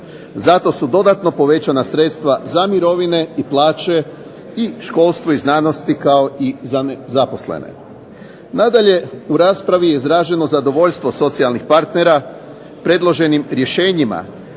Zato su dodatno povećana sredstva za mirovine i plaće i školstvo i znanost kao i za nezaposlene. Nadalje, u raspravi je izraženo zadovoljstvo socijalnih partnera predloženim rješenjima,